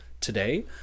today